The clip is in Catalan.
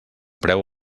preu